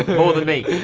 more than me.